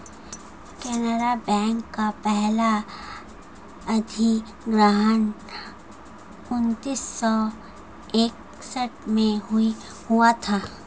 Canara bank का पहला अधिग्रहण उन्नीस सौ इकसठ में हुआ था